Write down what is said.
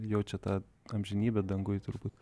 jaučia tą amžinybę danguj turbūt